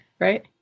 right